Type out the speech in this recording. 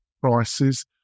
prices